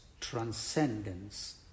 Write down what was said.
transcendence